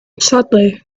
sadly